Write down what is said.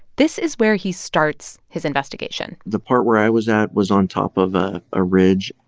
this is where he starts his investigation the part where i was at was on top of a ah ridge.